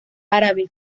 árabe